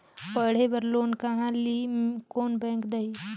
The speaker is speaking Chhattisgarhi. पढ़े बर लोन कहा ली? कोन बैंक देही?